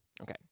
Okay